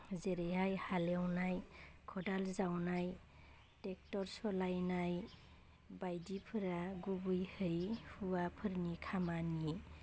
जेरैहाय हालेवनाय खदाल जावनाय टेक्टर सलायनाय बायदिफोरा गुबैयै हौवाफोरनि खामानि